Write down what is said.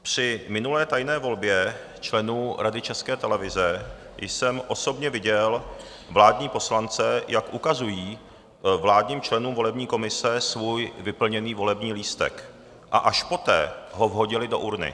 Při minulé tajné volbě členů Rady České televize jsem osobně viděl vládní poslance, jak ukazují vládním členům volební komise svůj vyplněný volební lístek, a až poté ho vhodili do urny.